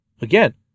Again